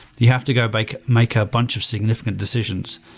you have to go like make ah a bunch of significant decisions.